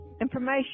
information